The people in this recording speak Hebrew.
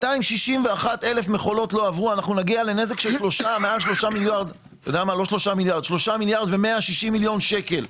261,000 מכולות לא עברו נגיע לנזק של 3 מיליארד ו-160 מיליון שקל,